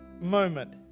moment